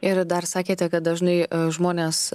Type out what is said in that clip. ir dar sakėte kad dažnai žmonės